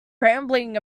rambling